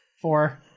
Four